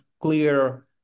clear